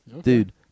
Dude